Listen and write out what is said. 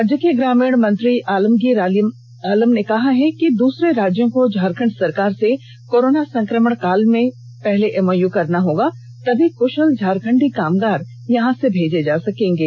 राज्य के ग्रामीण मंत्री आलमगीर आलम ने कहा है कि दूसरे राज्यों को झारखंड सरकार से कोरोना संक्रमण काल मे पहले एमओयू करना होगा तभी कुशल झारखंडी कामगार यहां से भेजे जाएंगे